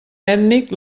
ètnic